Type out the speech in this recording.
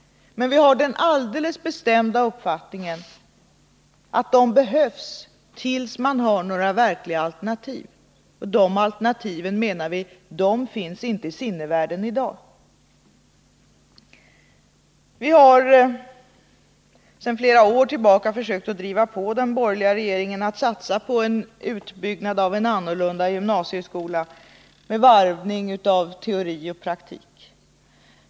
Men vi har den alldeles bestämda uppfattningen att beredskapsarbetena behövs tills man har några verkliga alternativ. De alternativen, menar vi, finns inte i sinnevärlden i dag. Vi har under flera år försökt driva på den borgerliga regeringen att satsa på en utbyggnad av en annorlunda gymnasieskola med varvning av teori och praktik.